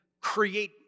create